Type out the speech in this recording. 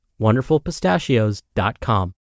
WonderfulPistachios.com